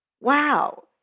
Wow